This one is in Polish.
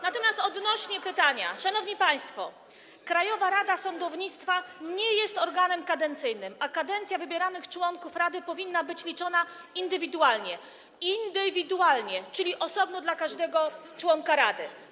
Natomiast odnośnie do pytania, szanowni państwo, Krajowa Rada Sądownictwa nie jest organem kadencyjnym, a kadencja wybieranych członków rady powinna być liczona indywidualnie - indywidualnie, czyli osobno dla każdego członka rady.